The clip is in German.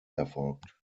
erfolgt